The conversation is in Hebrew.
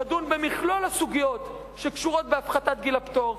ידון במכלול הסוגיות שקשורות להורדת גיל הפטור,